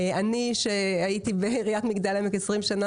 אני שהייתי בעיריית מגדל העמק 20 שנים